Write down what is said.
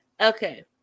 Okay